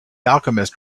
alchemist